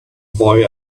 boy